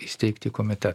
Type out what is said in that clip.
įsteigti komitetą